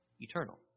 Eternal